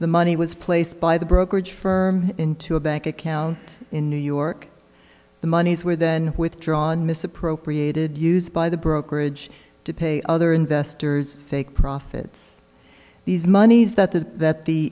the money was placed by the brokerage firm into a bank account in new york the monies were then withdrawn misappropriated used by the brokerage to pay other investors take profits these monies that the that the